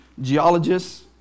geologists